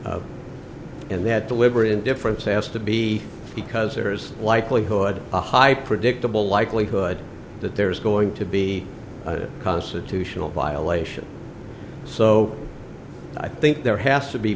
train and that deliberate indifference has to be because there is a likelihood a high predictable likelihood that there's going to be a constitutional violation so i think there has to be